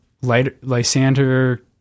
Lysander